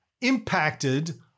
impacted